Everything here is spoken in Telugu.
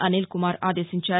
అనిల్ కుమార్ ఆదేశించారు